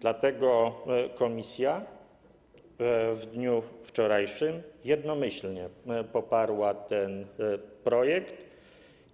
Dlatego komisja w dniu wczorajszym jednomyślnie poparła ten projekt